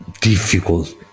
difficult